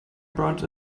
burned